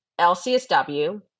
LCSW